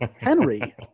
Henry